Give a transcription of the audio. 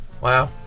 wow